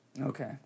Okay